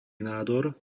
nádor